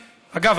אגב,